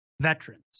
veterans